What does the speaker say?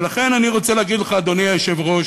ולכן אני רוצה להגיד לך, אדוני היושב-ראש,